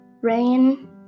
rain